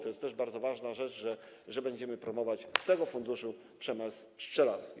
To jest też bardzo ważna rzecz, że będziemy promować z tego funduszu przemysł pszczelarski.